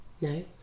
No